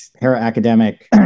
para-academic